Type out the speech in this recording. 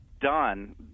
done